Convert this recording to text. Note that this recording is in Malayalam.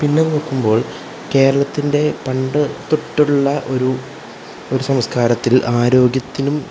പിന്നെ നോക്കുമ്പോൾ കേരളത്തിൻ്റെ പണ്ട് തൊട്ടുള്ള ഒരു ഒരു സംസ്കാരത്തിൽ ആരോഗ്യത്തിനും